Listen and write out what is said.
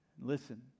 Listen